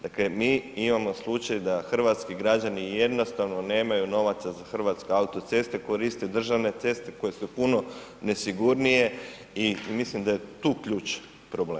Dakle mi imamo slučaj da hrvatski građani jednostavno nemaju novaca za Hrvatske autoceste, koriste državne ceste koje su puno nesigurnije i mislim da je tu ključ problema.